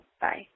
Bye